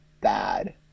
bad